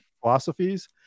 philosophies